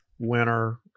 winner